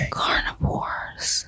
carnivores